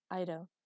Ido